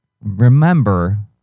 remember